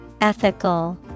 Ethical